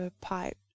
pipe